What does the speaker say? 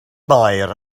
mair